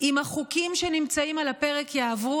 אם החוקים שנמצאים על הפרק יעברו,